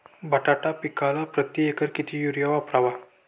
बटाटा पिकाला प्रती एकर किती युरिया वापरावा?